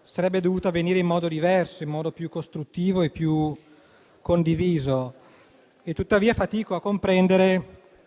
sarebbe dovuta avvenire in modo diverso, più costruttivo e più condiviso. Fatico tuttavia a comprendere